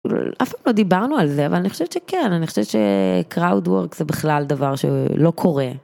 אף פעם לא דיברנו על זה אבל אני חושבת שכן, אני חושבת ש־Crowd work זה בכלל דבר שלא קורה.